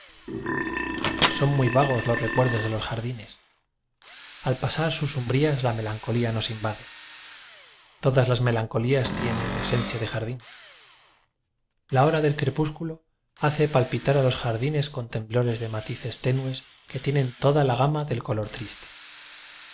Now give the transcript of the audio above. on muy vagos los recuerdos de los jar dines al pasar sus umbrías la melanco lía nos invade todas las melancolías tienen esencia de jardín la hora del cre púsculo hace palpitar a los jardines con temblores de matices tenues que tienen toda la gama del color triste